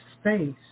space